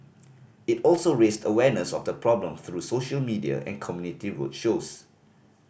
it also raised awareness of the problem through social media and community road shows